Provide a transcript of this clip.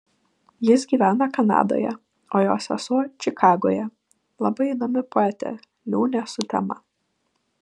jis gyvena kanadoje o jo sesuo čikagoje labai įdomi poetė liūnė sutema